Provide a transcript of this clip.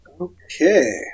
Okay